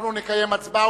אנחנו נקיים הצבעה,